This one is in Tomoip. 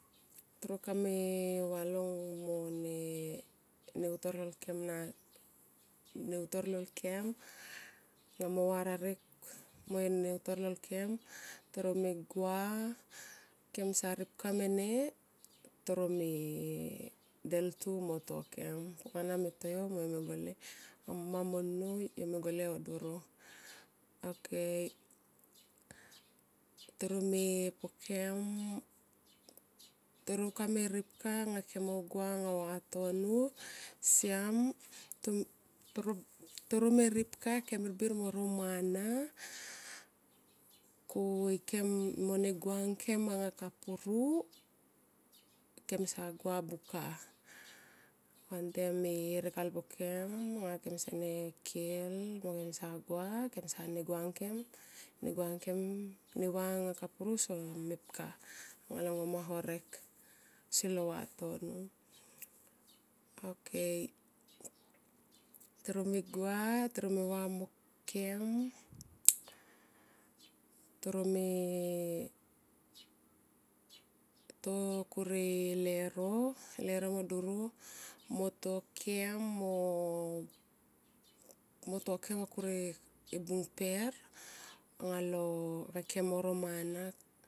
Toro kame valong mo neutor lol kem mo va rarek mo neutor lol kem toro me gua kemsa ripka mene toro me deltu mo to kem. Pukana me to yo mo yo me gole amma mo nnou yo mo gole o doro. Ok toro me pokem toro kame ripka anga kem mo gua anga vatono, siam toro me ripka kem birbir mo ro mana ko ikem vane gua ngkem anga kapuru kem sa gua buka vantem here kalpukem anga kesene kil mo kemsa gua kemsa ne guanken ne gua anga kapuru so mepka anga lo ngoma horek ausi lo vatono ok, toro me gua toro me va okem toro me to kure lero, leuro me doro mo to kem, mo to kem va kur e bung per anga lo anga kem mo ro mana.